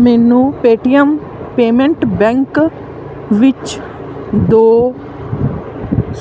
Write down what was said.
ਮੈਨੂੰ Paytm payment bank ਵਿੱਚ ਦੋ